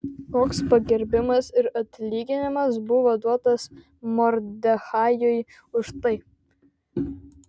koks pagerbimas ir atlyginimas buvo duotas mordechajui už tai